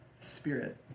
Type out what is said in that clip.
spirit